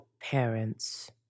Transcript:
parents